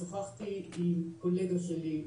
שוחחתי עם קולגה שלי,